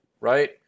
right